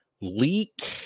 leak